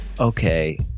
okay